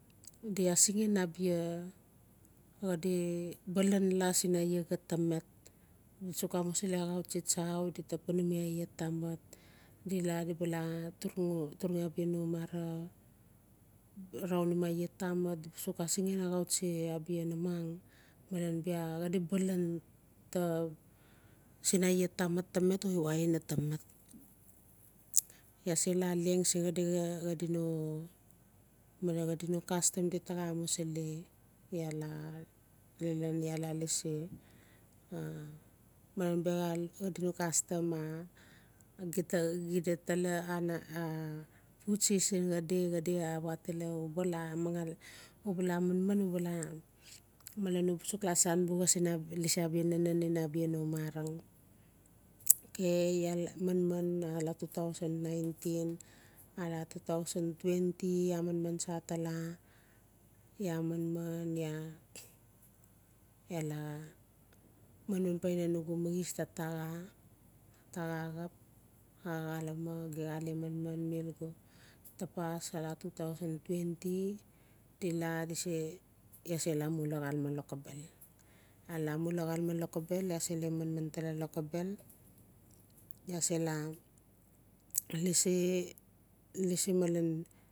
Di adingen abia xadi balen la siin iaa audi ta punami aia tamat dila di bale turangi abia no mana raunim aia tamat di suk asingen axautsi namang malen balan ta sin aia tamant ta met iwa aina ta met iaa se la leng siin xadi no bia xadi no kastam di ta xa amusili taa la mining iaa la lasi male niaxat xadi no kastam a olgeta xida tala sin xadi a watala u bala mangal u ba la manman uba la malen uba suk san buxa ngali lasi abia nanen ina no marang okay iaa manman ala two thou nineteen ala two thou twenty iaa manman tsa tala iaa la manman paina nugu maxis ta taxa taxa xap a xalame le man man tapas ala two thou twenty di la di se ge se la mula lokobel iaa la mula xaslame lokobel iaa se la manman lokobel isa se la lasi lasi malen